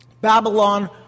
Babylon